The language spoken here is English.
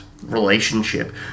relationship